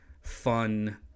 fun